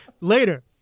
Later